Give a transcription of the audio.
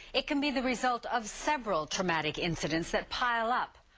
it can be the result of several traumatic incidences that pile up.